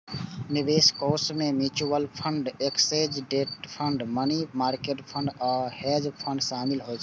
निवेश कोष मे mutual fund, exchange traded fund, money market fund आ हेज फंड शामिल होइ छै